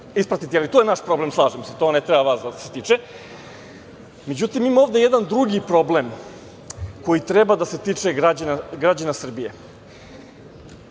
ispratiti. Ali, to je naš problem, slažem se, to ne treba vas da se tiče. Međutim, ima ovde jedan drugi problem koji treba da se tiče građana Srbije. Čini